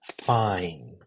fine